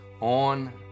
on